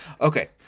okay